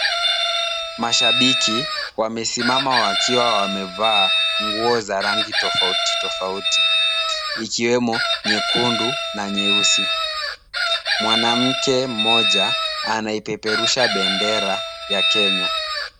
Mashabiki wamesimama wakiwa wamevaa nguo za rangi tofauti tofauti, zikiwemo nyekundu na nyeusi. Mwanamke mmoja anaipeperusha bendera ya Kenya.